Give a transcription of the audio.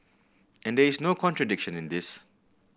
and there is no contradiction in this